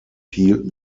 hielten